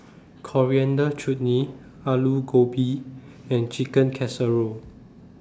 Coriander Chutney Alu Gobi and Chicken Casserole